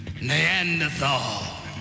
Neanderthal